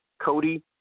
Cody